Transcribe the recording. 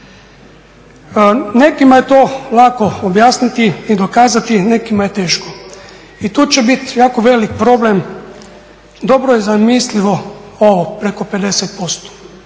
Nekima je to lako objasniti i dokazati, nekima je teško. I tu će biti jako velik problem. Dobro je zamislivo ovo, preko 50%,